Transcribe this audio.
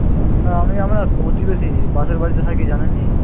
চয়নদা আমি আপনার প্রতিবেশী পাশের বাড়িতে থাকি জানেন না